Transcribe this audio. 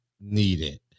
needed